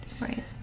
Right